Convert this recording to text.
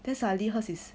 then suddenly hers is